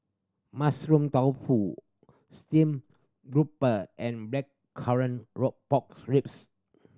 Mushroom Tofu steam grouper and blackcurrant rock pork ribs